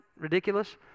ridiculous